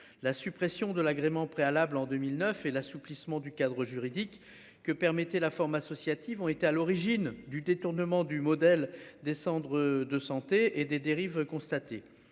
la suppression de l'agrément préalable en 2009 et l'assouplissement du cadre juridique que permettez la forme associative ont été à l'origine du détournement du modèle descendre de santé et des dérives constatées